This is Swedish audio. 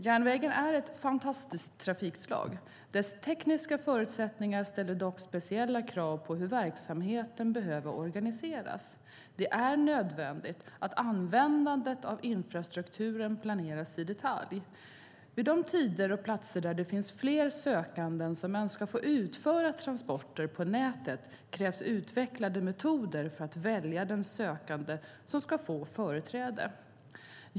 Järnvägen är ett fantastiskt trafikslag. Dess tekniska förutsättningar ställer dock speciella krav på hur verksamheten behöver organiseras. Det är nödvändigt att användandet av infrastrukturen planeras i detalj. Vid de tider och platser där det finns flera sökande som önskar få utföra transporter på nätet krävs utvecklade metoder för att välja den sökande som ska få företräde.